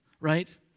right